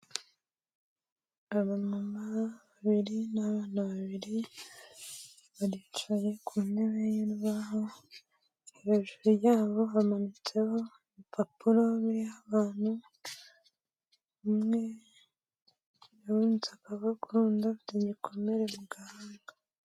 Abamama babiri n'abana babiri, baricaye ku ntebe y'urubaho, hejuru yabo hamanitseho urupapuro ruriho abantu, umwe yavunitse akaboko, undi afite igikomere mu gahanga.